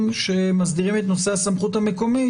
שמסדירים את נושא הסמכות המקומית,